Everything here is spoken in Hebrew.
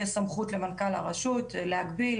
יש סמכות למנכ"ל הרשות להגביל,